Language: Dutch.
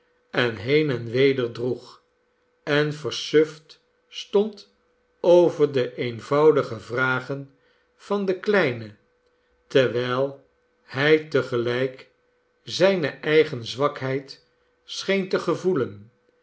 en heen en weder droeg en versuft stond over de eenvoudige vragen van den kleine terwijl hij te gelijk zijne eigen zwakheid scheen te gevoelen